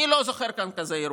אני לא זוכר כאן כזה אירוע.